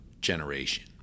generation